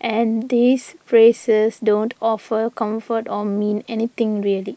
and these phrases don't offer comfort or mean anything really